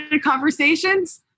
conversations